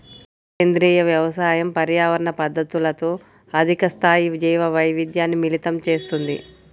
సేంద్రీయ వ్యవసాయం పర్యావరణ పద్ధతులతో అధిక స్థాయి జీవవైవిధ్యాన్ని మిళితం చేస్తుంది